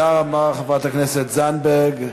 תודה רבה, חברת הכנסת זנדברג.